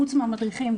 חוץ מהמדריכים,